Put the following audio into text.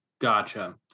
Gotcha